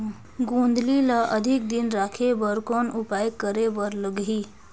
गोंदली ल अधिक दिन राखे बर कौन उपाय करे बर लगही?